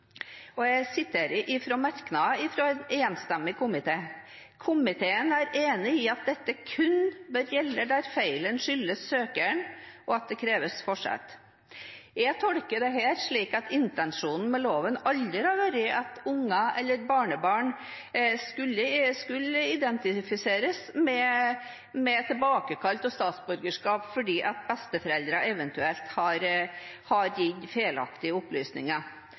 Jeg siterer merknaden fra en enstemmig komité: «Komiteen er enig i at dette kun bør gjelde der feilen skyldes søkeren og at det skal kreves forsett.» Jeg tolker dette slik at intensjonen med loven aldri har vært at barn eller barnebarn skulle identifiseres og få tilbakekalt statsborgerskap fordi besteforeldre eventuelt har gitt feilaktige opplysninger.